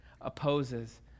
opposes